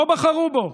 לא בחרו בו,